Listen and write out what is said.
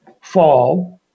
fall